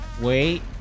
wait